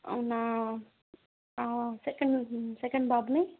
అవునా second second బాబుని